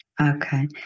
Okay